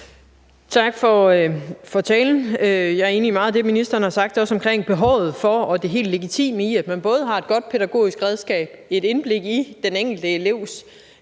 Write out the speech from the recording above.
Tak for talen. Jeg er enig i meget af det, ministeren har sagt, også omkring behovet for og det helt legitime i, at man både har et godt pædagogisk redskab, et indblik i den enkelte elevs